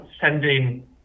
sending